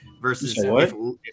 versus –